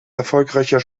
erfolgreicher